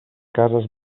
cases